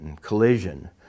collision